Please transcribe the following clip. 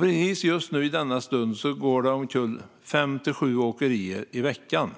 Precis just nu i denna stund går det omkull fem till sju åkerier i veckan.